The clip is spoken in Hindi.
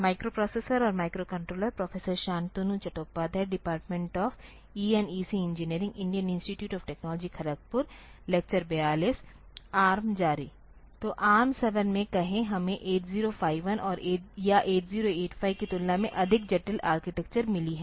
तो ARM7 में कहे हमें 8051 या 8085 की तुलना में अधिक जटिल आर्किटेक्चर मिली है